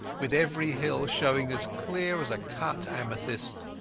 with every hill showing as clear as a cut amethyst.